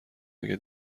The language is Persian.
اگه